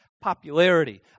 popularity